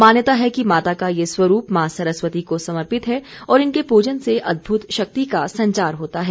मान्यता है कि माता का यह स्वरूप माँ सरस्वती को समर्पित है और इनके प्रजन से अद्भुत शक्ति का संचार होता है